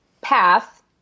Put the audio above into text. path